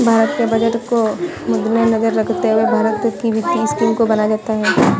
भारत के बजट को मद्देनजर रखते हुए भारत की वित्तीय स्कीम को बनाया जाता है